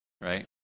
right